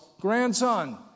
grandson